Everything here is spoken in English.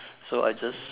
so I just